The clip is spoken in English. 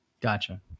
Gotcha